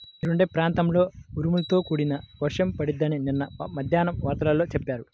మీరుండే ప్రాంతంలో ఉరుములతో కూడిన వర్షం పడిద్దని నిన్న మద్దేన్నం వార్తల్లో చెప్పారు